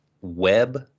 web